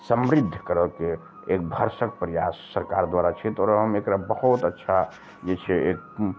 समृद्ध करऽके एक भरसक प्रयास सरकार द्वारा छै आओर हम एकरा बहुत अच्छा जे छै